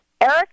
Eric